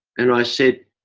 and i said,